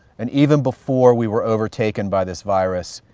and even before we were overtaken by this virus,